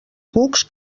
cucs